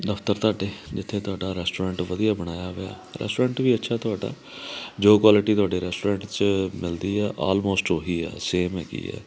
ਦਫ਼ਤਰ ਤੁਹਾਡੇ ਜਿੱਥੇ ਤੁਹਾਡਾ ਰੈਸਟੋਰੈਂਟ ਵਧੀਆ ਬਣਾਇਆ ਵਿਆ ਰੈਸਟੋਰੈਂਟ ਵੀ ਅੱਛਾ ਤੁਹਾਡਾ ਜੋ ਕੁਆਲਿਟੀ ਤੁਹਾਡੇ ਰੈਸਟੋਰੈਂਟ 'ਚ ਮਿਲਦੀ ਆ ਆਲਮੋਸਟ ਉਹੀ ਆ ਸੇਮ ਹੈਗੀ ਆ